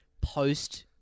post